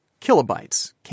kilobytes